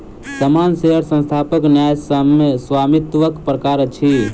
सामान्य शेयर संस्थानक न्यायसम्य स्वामित्वक प्रकार अछि